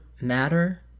matter